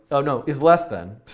oh no, is less than,